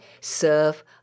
serve